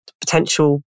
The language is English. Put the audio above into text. potential